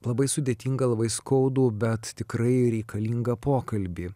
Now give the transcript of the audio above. labai sudėtingą labai skaudų bet tikrai reikalingą pokalbį